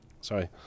Sorry